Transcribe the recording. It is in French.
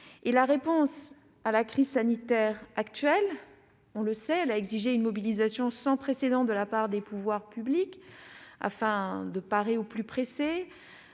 La réponse à la crise sanitaire actuelle a exigé une mobilisation sans précédent de la part des pouvoirs publics afin de parer au plus pressé